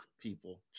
People